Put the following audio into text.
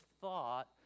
thought